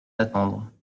attendre